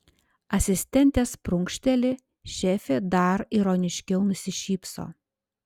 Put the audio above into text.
asistentės prunkšteli šefė dar ironiškiau nusišypso